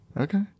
Okay